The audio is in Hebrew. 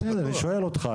בסדר, אני שואל אותך.